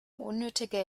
unnötiger